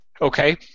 Okay